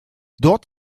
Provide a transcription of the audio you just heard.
dort